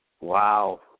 Wow